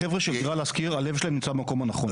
החברה של דירה להשכיר, הלב שלהם נמצא במקום הנכון.